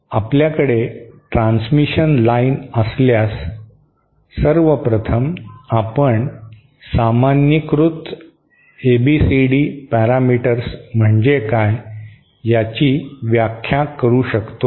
आपल्याकडे transmission line असल्यास सर्व प्रथम आपण सामान्यीकृत एबीसीडी पॅरामीटर्स म्हणजे काय याची व्याख्या करू शकतो